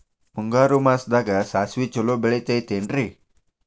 ಮುಂಗಾರು ಮಾಸದಾಗ ಸಾಸ್ವಿ ಛಲೋ ಬೆಳಿತೈತೇನ್ರಿ?